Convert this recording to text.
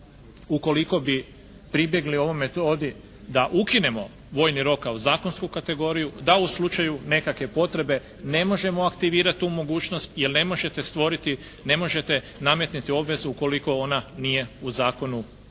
ukoliko bi pribjegli ovoj metodi da ukinemo vojni rok kao zakonsku kategoriju, da u slučaju nekakve potrebe ne možemo aktivirati tu mogućnost jer ne možete stvoriti, ne možete nametnuti obvezu ukoliko ona nije u zakonu